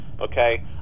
Okay